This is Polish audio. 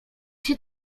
się